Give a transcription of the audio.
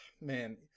man